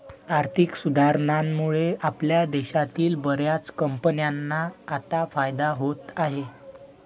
आर्थिक सुधारणांमुळे आपल्या देशातील बर्याच कंपन्यांना आता फायदा होत आहे